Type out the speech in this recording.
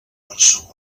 barcelona